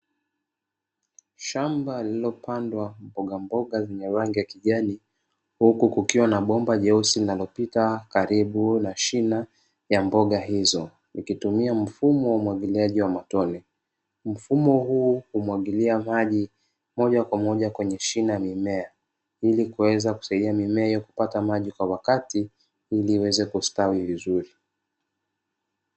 Shamba lililopandwa mboga zimewanga kijani huku kukiwa na bomba nyeusi nalopita karibu na shina ya mboga hizo nikitumia mfumo wa umwagiliaji wa matone. Mfumo huu humwagilia maji moja kwa moja kwenye shina mimea ili kuweza kusaidia mimea kupata maji kwa wakati ili iweze kustawi vizuri.